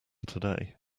today